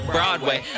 Broadway